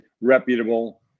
reputable